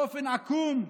באופן עקום,